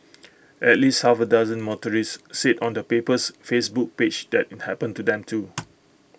at least half A dozen motorists said on the paper's Facebook page that happened to them too